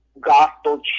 gospel